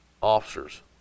officers